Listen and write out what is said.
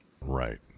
Right